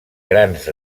grans